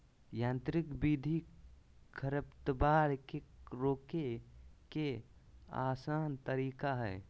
यांत्रिक विधि खरपतवार के रोके के आसन तरीका हइ